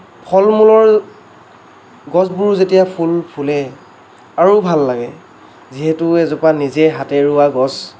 ফল মূলৰ গছবোৰো যেতিয়া ফুল ফুলে আৰু ভাল লাগে যিহেতু এজোপা নিজে হাতে ৰুৱা গছ